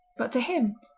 but to him,